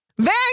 Van